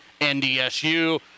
NDSU